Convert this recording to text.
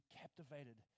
captivated